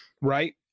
right